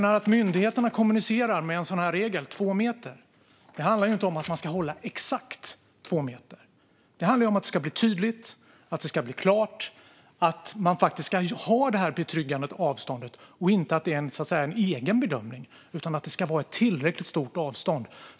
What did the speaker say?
Att myndigheterna kommunicerar med en tvåmetersregel handlar inte om att man ska hålla exakt två meters avstånd. Det handlar ju om att det ska vara tydligt och klart att man faktiskt ska hålla tillräckligt avstånd, inte att det är en egen bedömning, för att man ska kunna göra en säker omkörning.